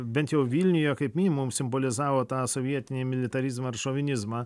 bent jau vilniuje kaip minimum simbolizavo tą sovietinį militarizmą ir šovinizmą